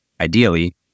Ideally